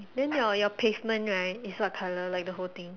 then your your pavement right is what colour like the whole thing